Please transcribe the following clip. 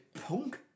punk